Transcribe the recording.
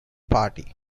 party